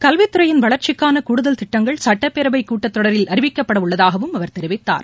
கல்வித்துறையின் வளர்ச்சிக்கானகூடுதல் திட்டங்கள் சட்டப்பேரவைக் கட்டத்தொடரில் அறிவிக்கப்படஉள்ளதாகவும் அவர் தெரிவித்தார்